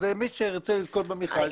אז מי שירצה לזכות במכרז,